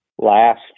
last